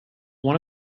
one